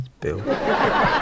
Bill